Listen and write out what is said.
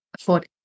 afford